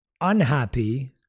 unhappy